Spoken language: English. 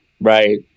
right